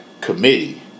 committee